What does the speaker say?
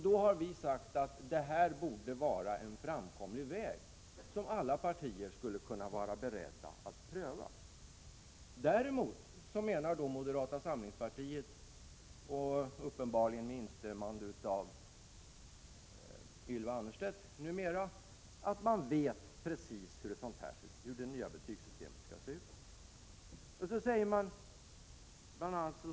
Då har vi sagt att en utredning borde vara en framkomlig väg, som alla partier skulle kunna vara beredda att pröva. Däremot menar moderata samlingspartiet, numera uppenbarligen med instämmande av Ylva Annerstedt, att man vet precis hur ett nytt betygssystem skall se ut. Bl. a.